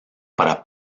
para